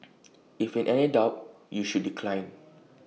if in any doubt you should decline